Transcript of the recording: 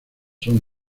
son